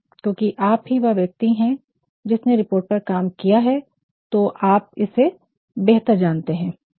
क्योंकि आप ही वह व्यक्ति है जिसने रिपोर्ट पर काम किया है तो आप इसे बेहतर जानते हैं